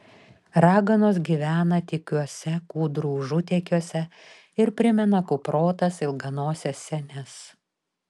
raganos gyvena tykiuose kūdrų užutėkiuose ir primena kuprotas ilganoses senes